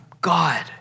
God